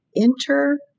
enter